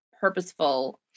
purposeful